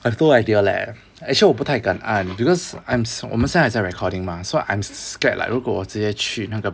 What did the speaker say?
I have no idea leh actually 我不太敢按 because I'm s~ 我们现在还在 recording mah so I'm scared like 如果我直接去那个